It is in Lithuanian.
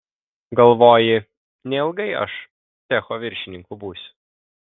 galvoji neilgai aš cecho viršininku būsiu